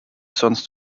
sons